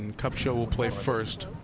kupcho will play first.